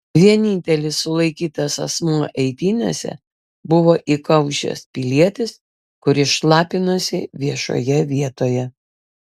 vienintelis sulaikytas asmuo eitynėse buvo įkaušęs pilietis kuris šlapinosi viešoje vietoje